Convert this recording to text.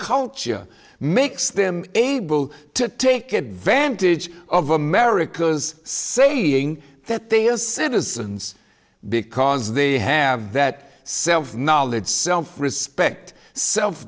culture makes them able to take advantage of america's saying that they are citizens because they have that self knowledge self respect self